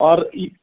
आओर ई